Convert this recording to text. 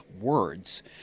words